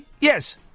Yes